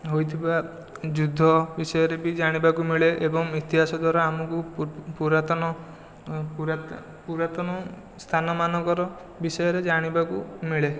ହୋଇଥିବା ଯୁଦ୍ଧ ବିଷୟରେ ବି ଜାଣିବାକୁ ମିଳେ ଏବଂ ଇତିହାସ ଦ୍ୱାରା ଆମକୁ ପୁରାତନ ପୁରାତନ ସ୍ଥାନମାନଙ୍କର ବିଷୟରେ ଜାଣିବାକୁ ମିଳେ